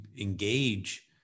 engage